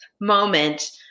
moment